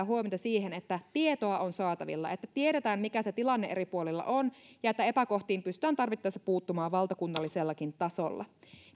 huomiota siihen että tietoa on saatavilla että tiedetään mikä se tilanne eri puolilla on ja että epäkohtiin pystytään tarvittaessa puuttumaan valtakunnallisellakin tasolla